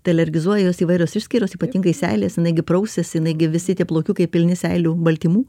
tai alergizuoja jos įvairios išskyros ypatingai seilės jinai gi prausiasi jinai gi visi tie plaukiukai pilni seilių baltymų